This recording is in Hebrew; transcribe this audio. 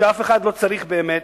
" שאף אחד לא צריך באמת.